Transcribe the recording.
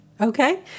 okay